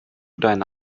deine